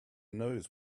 knows